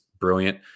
brilliant